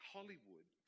Hollywood